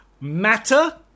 matter